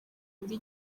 kuri